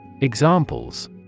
Examples